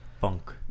Funk